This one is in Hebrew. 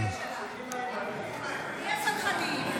לא, זאת שיחת טלפון לבן שלה, נהיה סלחניים.